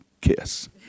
kiss